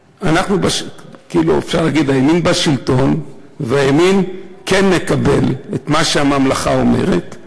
אפשר להגיד שהימין בשלטון והימין כן מקבל את מה שהממלכה אומרת.